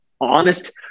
Honest